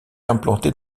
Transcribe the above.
implantée